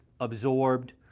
absorbed